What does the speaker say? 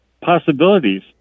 possibilities